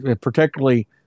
particularly